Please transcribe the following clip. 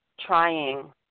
trying